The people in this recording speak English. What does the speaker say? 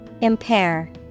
Impair